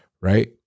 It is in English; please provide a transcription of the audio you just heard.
right